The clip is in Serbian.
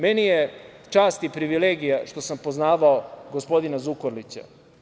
Meni je čast i privilegija što sam poznavao gospodina Zukorlića.